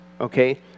Okay